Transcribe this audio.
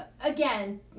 Again